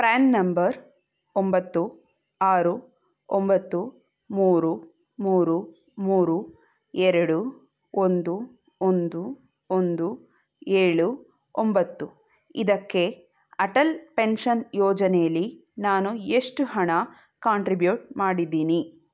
PRAN number ಒಂಬತ್ತು ಆರು ಒಂಬತ್ತು ಮೂರು ಮೂರು ಮೂರು ಎರಡು ಒಂದು ಒಂದು ಒಂದು ಏಳು ಒಂಬತ್ತು ಇದಕ್ಕೆ ಅಟಲ್ ಪೆನ್ಷನ್ ಯೋಜನೇಲಿ ನಾನು ಎಷ್ಟು ಹಣ ಕಾಂಟ್ರಿಬ್ಯೂಟ್ ಮಾಡಿದ್ದೀನಿ